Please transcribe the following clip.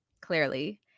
Clearly